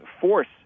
force